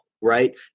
Right